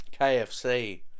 KFC